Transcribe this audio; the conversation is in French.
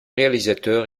réalisateur